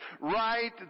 right